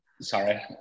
Sorry